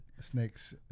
snakes